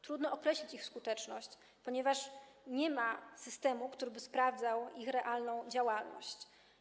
Trudno określić ich skuteczność, ponieważ nie ma systemu, który by sprawdzał ich realną działalność.